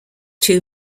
two